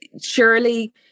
surely